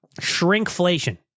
Shrinkflation